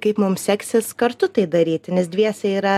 kaip mums seksis kartu tai daryti nes dviese yra